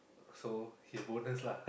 so his bonus lah